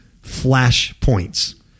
Flashpoints